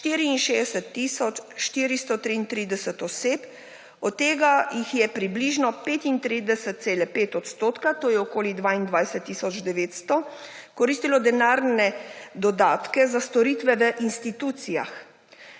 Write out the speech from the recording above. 64.433 oseb, od tega jih je približno 35,5 %, to je okoli 22.900 koristilo denarne dodatke za storitve v institucijah.